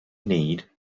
need